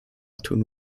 tun